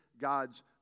God's